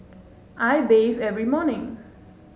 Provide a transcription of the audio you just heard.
I bathe every morning